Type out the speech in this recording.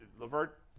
LeVert